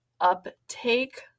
uptake